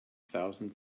thousand